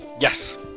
Yes